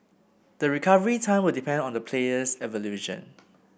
the recovery time will depend on the player's evolution